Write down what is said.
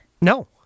No